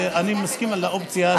ואני מסכים לאופציה,